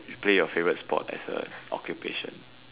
you play your favourite sport as a occupation